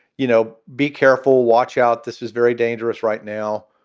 you know, be careful. watch out. this is very dangerous right now.